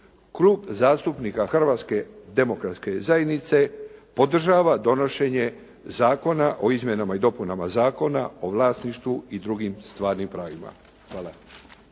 Klub zastupnika Hrvatske demokratske zajednice podržava donošenje Zakona o izmjenama i dopunama Zakona o vlasništvu i drugim stvarnim pravima. Hvala.